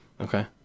Okay